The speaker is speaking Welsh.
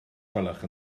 gwelwch